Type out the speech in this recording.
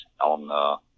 on